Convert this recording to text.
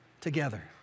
together